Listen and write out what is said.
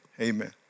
amen